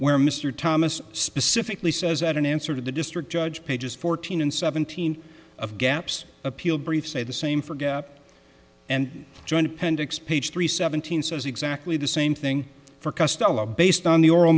where mr thomas specifically says that in answer to the district judge pages fourteen and seventeen of gaps appeal briefs say the same for gap and joint appendix page three seventeen so is exactly the same thing for custom based on the oral